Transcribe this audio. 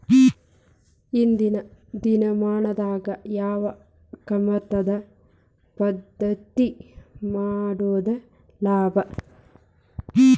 ಇಂದಿನ ದಿನಮಾನದಾಗ ಯಾವ ಕಮತದ ಪದ್ಧತಿ ಮಾಡುದ ಲಾಭ?